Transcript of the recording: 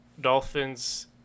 Dolphins